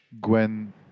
Gwen